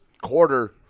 quarter